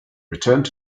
returned